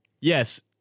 Yes